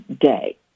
day